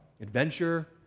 adventure